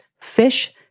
fish